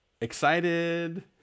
excited